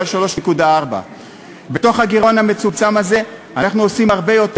שהיה 3.4. בתוך הגירעון המצומצם הזה אנחנו עושים הרבה יותר.